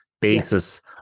basis